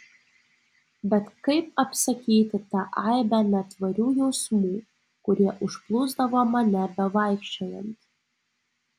bet kaip apsakyti tą aibę netvarių jausmų kurie užplūsdavo mane bevaikščiojant